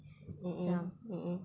mmhmm mmhmm